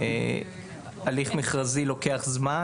הליך מכרזי לוקח זמן